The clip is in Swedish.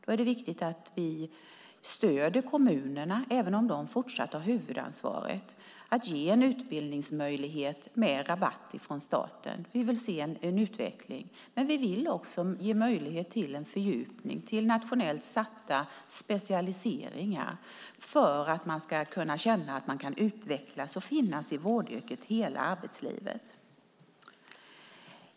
Då är det viktigt att vi stöder kommunerna, även om de fortsatt har huvudansvaret, genom att ge en utbildningsmöjlighet med rabatt från staten. Vi vill se en utveckling. Men vi vill också ge möjlighet till en fördjupning, till nationellt satta specialiseringar, för att man ska känna att man kan utvecklas och finnas i vårdyrket hela arbetslivet.